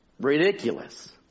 ridiculous